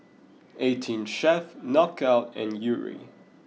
eighteen Chef Knockout and Yuri